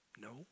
No